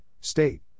State